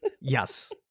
Yes